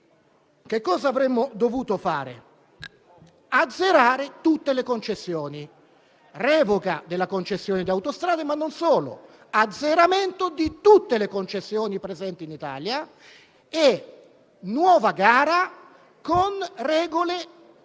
Che cosa avremmo dovuto fare? Azzerare tutte le concessioni. Revoca della concessione di autostrade, ma non solo: azzeramento di tutte le concessioni presenti in Italia e nuova gara, con regole che